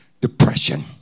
depression